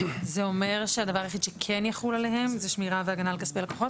זה אומר שהדבר היחיד שכן יחול עליהם זה שמירה והגנה על כספי לקוחות?